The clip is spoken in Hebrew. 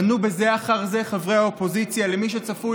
פנו זה אחר זה חברי האופוזיציה למי שצפוי